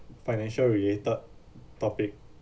financial related topic